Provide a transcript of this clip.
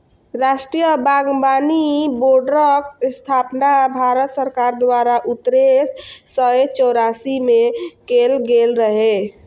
राष्ट्रीय बागबानी बोर्डक स्थापना भारत सरकार द्वारा उन्नैस सय चौरासी मे कैल गेल रहै